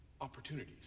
opportunities